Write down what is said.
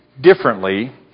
differently